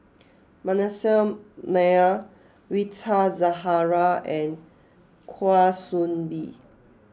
Manasseh Meyer Rita Zahara and Kwa Soon Bee